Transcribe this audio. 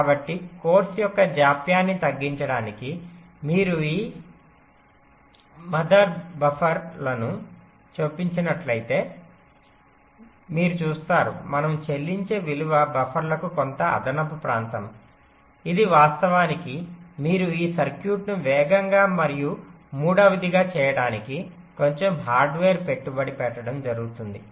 కాబట్టి కోర్సు యొక్క జాప్యాన్ని తగ్గించడానికి మీరు ఈ మధ్య బఫర్లను చొప్పించినట్లయితే మీరు చూస్తారు మనము చెల్లించే విలువ బఫర్లకు కొంత అదనపు ప్రాంతం ఇది వాస్తవానికి మీరు ఈ సర్క్యూట్ను వేగంగా మరియు మూడవదిగ చేయడానికి కొంచెం హార్డ్వేర్ పెట్టుబడి పెట్టడం జరుగుతుంది